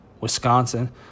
Wisconsin